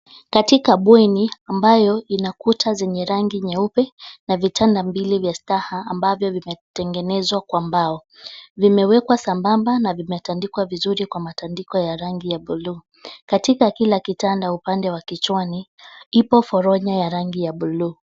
Katika bweni ambayo ina kuta zenye nyeupe na vitanda mbili vya staha ambavyo vimetengenzwa kwa mbao vimewekwa sambamba na vimetandikwa vizuri kwa matandiko ya rangi ya bluu. Katika kila kitanda upande wa kichwani ipo poronyo ya rangi ya bluu.